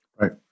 right